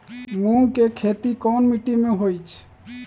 मूँग के खेती कौन मीटी मे होईछ?